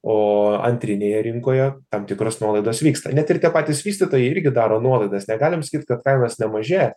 o antrinėje rinkoje tam tikros nuolaidos vyksta net ir tie patys vystytojai irgi daro nuolaidas negalim sakyt kad kainos nemažėja